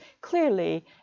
clearly